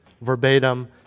verbatim